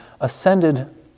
ascended